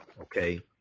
Okay